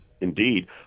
indeed